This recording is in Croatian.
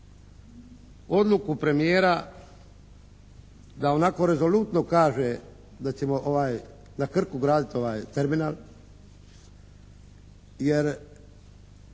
odluku premijera da onako rezolutno kaže da ćemo ovaj, na Krku graditi terminal jer